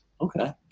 Okay